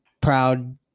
proud